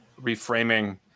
reframing